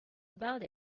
about